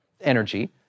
energy